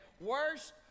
worst